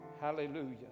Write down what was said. Hallelujah